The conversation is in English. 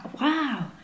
wow